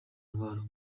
intwaro